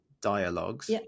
dialogues